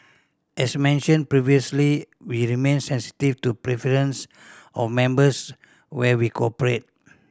as mentioned previously we remain sensitive to preference of members where we operate